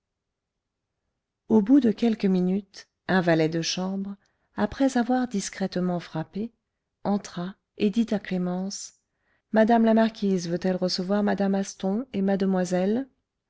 au bout de quelques minutes un valet de chambre après avoir discrètement frappé entra et dit à clémence madame la marquise veut-elle recevoir mme asthon et mademoiselle